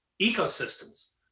ecosystems